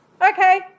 Okay